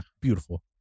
Beautiful